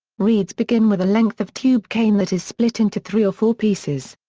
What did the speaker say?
reeds begin with a length of tube cane that is split into three or four pieces.